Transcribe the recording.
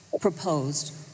proposed